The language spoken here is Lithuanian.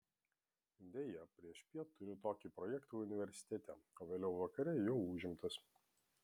deja priešpiet turiu tokį projektą universitete o vėliau vakare jau užimtas